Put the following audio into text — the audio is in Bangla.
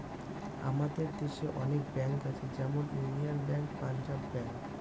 আমাদের দেশে অনেক ব্যাঙ্ক আছে যেমন ইউনিয়ান ব্যাঙ্ক, পাঞ্জাব ব্যাঙ্ক